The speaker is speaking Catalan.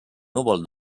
núvol